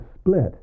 split